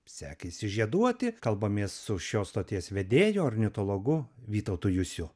sekėsi žieduoti kalbamės su šios stoties vedėju ornitologu vytautu jusiu